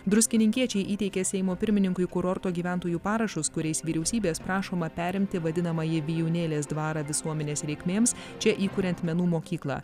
druskininkiečiai įteikė seimo pirmininkui kurorto gyventojų parašus kuriais vyriausybės prašoma perimti vadinamąjį vijūnėlės dvarą visuomenės reikmėms čia įkuriant menų mokyklą